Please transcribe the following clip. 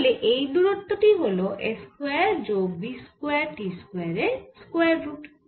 তাহলে এই দূরত্ব টি হল s স্কয়ার যোগ v স্কয়ার t স্কয়ার এর স্কয়ার রুট